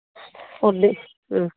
food